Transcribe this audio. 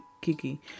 Kiki